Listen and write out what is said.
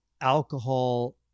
alcohol